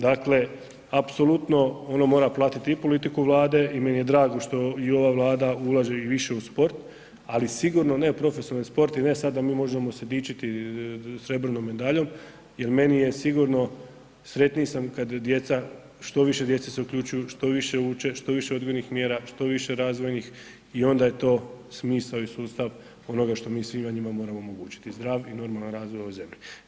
Dakle, apsolutno ono mora pratiti i politiku Vlade i meni je drago što i ova Vlada ulaže i više u sport ali sigurno ne u profesionalni sport i ne sad da mi možemo se dičiti srebrnom medaljom jer meni je sigurno, sretniji sam kad djeca, što više djece se uključuju, što više uče, što više odgojnih mjera, što više razvojnih i onda je to smisao i sustav onoga što mi svima njima moramo omogućiti, zdrav i normalan razvoj u ovoj zemlji.